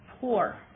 poor